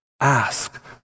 ask